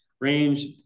range